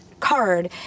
Card